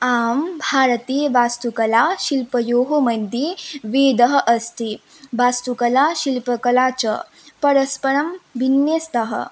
आं भारतीयवास्तुकलाशिल्पयोः मध्ये वेदः अस्ति वास्तुकला शिल्पकला च परस्परं विन्यस्तः